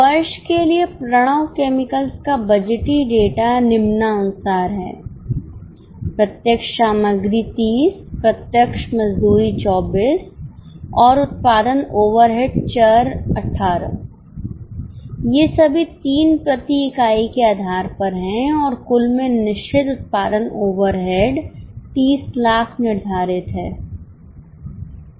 वर्ष के लिए प्रणव केमिकल्स का बजटीय डेटा निम्नानुसार है प्रत्यक्ष सामग्री 30 प्रत्यक्ष मजदूरी 24 और उत्पादन ओवरहेड चर 18 ये सभी 3 प्रति इकाई के आधार पर है और कुल में निश्चित उत्पादन ओवरहेड 3000000 निर्धारित है